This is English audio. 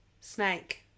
Snake